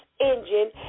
engine